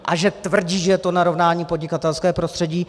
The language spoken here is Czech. A že tvrdí, že je to narovnání podnikatelského prostředí.